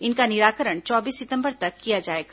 इनका निराकरण चौबीस सितम्बर तक किया जाएगा